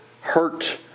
hurt